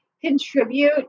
contribute